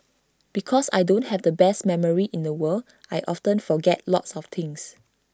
because I don't have the best memory in the world I often forget lots of things